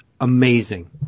amazing